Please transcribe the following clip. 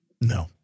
No